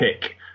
pick